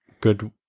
good